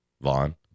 Vaughn